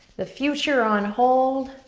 the future on hold,